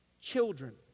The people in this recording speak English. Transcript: Children